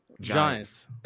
Giants